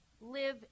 live